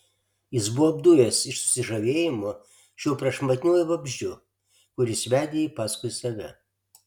jis buvo apdujęs iš susižavėjimo šiuo prašmatniuoju vabzdžiu kuris vedė jį paskui save